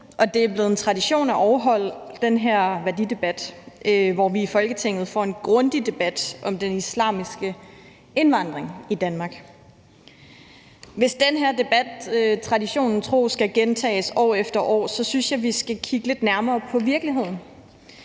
det er blevet en tradition at afholde denne værdidebat, hvor vi i Folketinget får en grundig debat om den islamiske indvandring til Danmark.« Hvis den her debat traditionen tro skal gentages år efter år, synes jeg, at vi skal kigge lidt nærmere på virkeligheden,